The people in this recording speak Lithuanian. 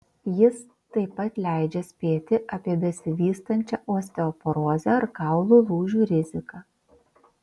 jis taip pat leidžia spėti apie besivystančią osteoporozę ar kaulų lūžių riziką